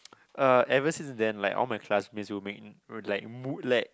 uh ever since then like all my classmates will make will like m~ like